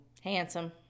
Handsome